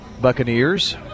Buccaneers